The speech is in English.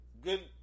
Good